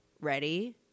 ready